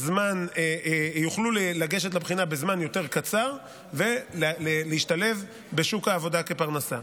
יוכלו לגשת לבחינה בזמן יותר קצר ולהשתלב בשוק העבודה כפרנסה.